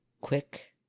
quick